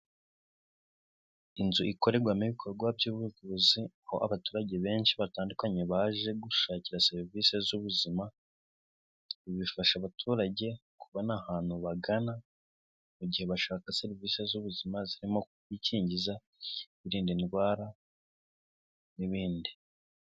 Inzu ikorerwamo ibikorwa by'ubuvuzi aho abaturage benshi batandukanye baje gushakira serivisi z'ubuzima bifasha abaturage kubona ahantu bagana mu gihe bashaka serivisi z'ubuzima zirimo gukingiza birinda indwara n'ibindi.